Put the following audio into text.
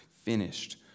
finished